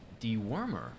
dewormer